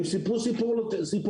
הם סיפרו סיפורים,